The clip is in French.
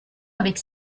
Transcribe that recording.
avec